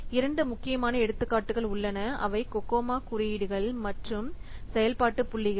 இரண்டு முக்கியமான எடுத்துக்காட்டுகள் உள்ளன அவை COCOMO குறியீடுகள் மற்றும் செயல்பாட்டு புள்ளிகள்